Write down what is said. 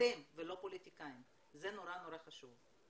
אתם ולא פוליטיקאים, זה נורא נורא חשוב.